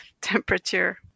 temperature